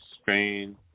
Spain